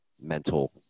mental